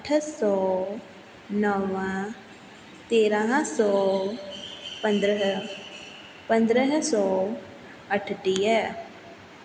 अठ सौ नवं तेरहां सौ पंद्रहं पंद्रहं सौ अठटीह